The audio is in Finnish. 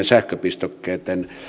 sähköpistokkeitten